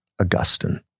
Augustine